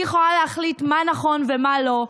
היא יכולה להחליט מה נכון ומה לא,